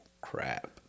crap